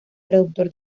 traductor